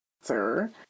sir